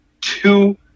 two